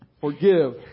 Forgive